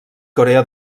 corea